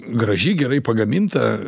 graži gerai pagaminta